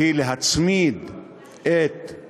בהצמדה של